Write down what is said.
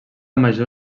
major